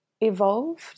evolved